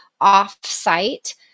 off-site